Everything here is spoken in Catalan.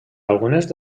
algunes